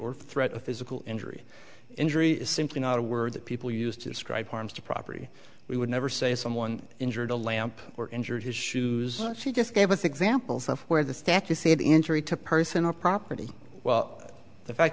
or threat of physical injury injury is simply not a word that people used to describe harms to property we would never say someone injured a lamp or injured his shoes she just gave us examples of where the stack you see the injury to personal property well the fact